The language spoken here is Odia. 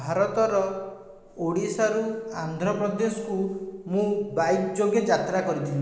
ଭାରତର ଓଡ଼ିଶାରୁ ଆନ୍ଧ୍ରପ୍ରଦେଶକୁ ମୁଁ ବାଇକ୍ ଯୋଗେ ଯାତ୍ରା କରିଥିଲି